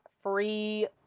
free